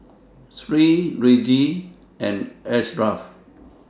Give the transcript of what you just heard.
Sri Rizqi and Ashraf